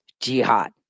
jihad